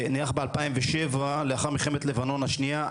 שנערך ב-2007 לאחר מלחמת לבנון השנייה.